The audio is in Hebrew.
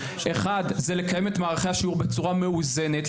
אחד זה לקיים את מערכי השיעור בצורה מאוזנת,